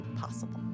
possible